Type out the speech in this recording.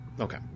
Okay